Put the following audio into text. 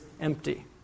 empty